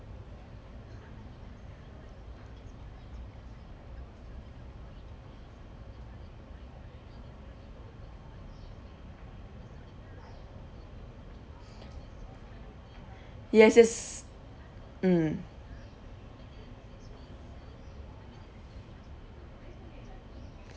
yes yes mm